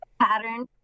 pattern